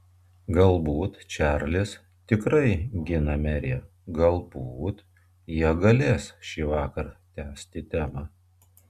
galbūt čarlis tikrai gina meriją galbūt jie galės šįvakar tęsti temą